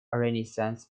renaissance